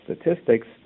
statistics